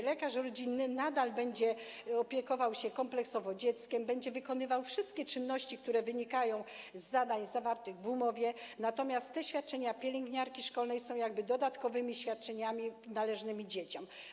Lekarz rodzinny nadal będzie opiekował się kompleksowo dzieckiem, będzie wykonywał wszystkie czynności, które wynikają z zadań zawartych w umowie, natomiast świadczenia pielęgniarki szkolnej są dodatkowymi świadczeniami należnymi dzieciom.